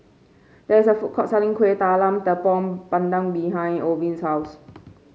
there is a food court selling Kueh Talam Tepong Pandan behind Orvin's house